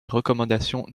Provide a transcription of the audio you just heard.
recommandations